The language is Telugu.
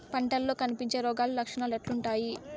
పంటల్లో కనిపించే రోగాలు లక్షణాలు ఎట్లుంటాయి?